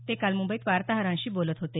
ते काल मुंबईत वार्ताहरांशी बोलत होते